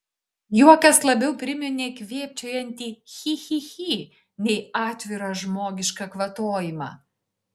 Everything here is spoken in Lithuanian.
juokas labiau priminė kvėpčiojantį chi chi chi nei atvirą žmogišką kvatojimą